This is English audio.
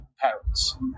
parents